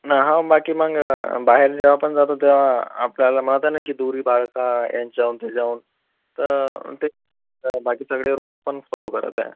ना हा बाकी मग बाहेर जेव्हा पण जातो तेव्हा आपल्याला माहीत आहे की दूरी बाळगा यांच्याहून त्यांच्याहून त बाकी सगळे रुल्स पण फॉलो करत आहे